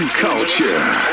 culture